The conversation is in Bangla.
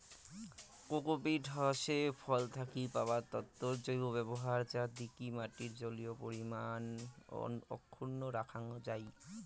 কোকোপীট হসে ফল থাকি পাওয়া তন্তুর জৈব ব্যবহার যা দিকি মাটির জলীয় পরিমান অক্ষুন্ন রাখাং যাই